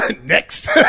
Next